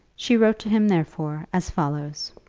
she wrote to him, therefore, as follows